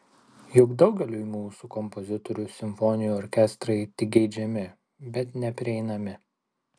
juk daugeliui mūsų kompozitorių simfoniniai orkestrai tik geidžiami bet neprieinami